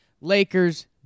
Lakers